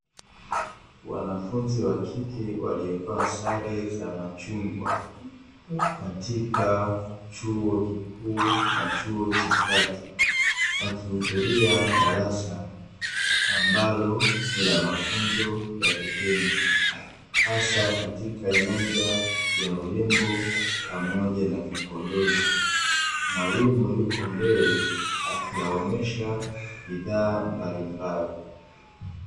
Wanafunzi wa kike waliovaa sare za rangi ya machungwa, katika chuo kikuu na chuo cha kati, wakihudhuria darasa ambalo lina mafunzo ya vitendo, hasa katika nyanja ya urembo pamoja na vipodozi. Mwalimu yupo mbele, akiwaonesha bidhaa mbalimbali.